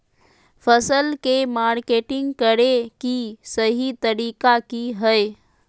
फसल के मार्केटिंग करें कि सही तरीका की हय?